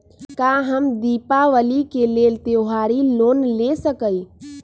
का हम दीपावली के लेल त्योहारी लोन ले सकई?